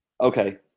Okay